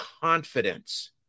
confidence